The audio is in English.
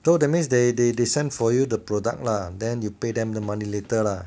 so that means they they they send for you the product lah then you pay them the money later lah